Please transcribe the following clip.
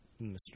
Mr